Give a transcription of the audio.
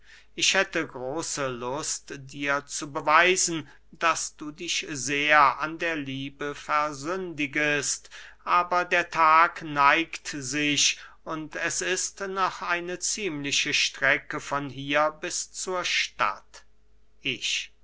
ich hätte große lust dir zu beweisen daß du dich sehr an der liebe versündigest aber der tag neigt sich und es ist noch eine ziemliche strecke von hier bis zur stadt ich